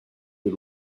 des